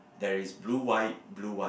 there is blue white blue white